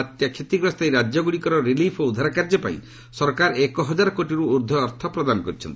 ବାତ୍ୟା କ୍ଷତିଗ୍ରସ୍ତ ଏହି ରାଜ୍ୟଗୁଡ଼ିକର ରିଲିଫ୍ ଓ ଉଦ୍ଧାର କାଯ୍ୟପାଇଁ ସରକାର ଏକ ହଜାର କୋଟିରୁ ଉର୍ଦ୍ଧ୍ୱ ଅର୍ଥ ପ୍ରଦାନ କରିଛନ୍ତି